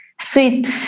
sweet